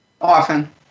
Often